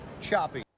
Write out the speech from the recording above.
Choppy